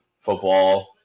Football